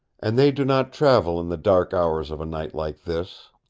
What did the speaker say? and they do not travel in the dark hours of a night like this.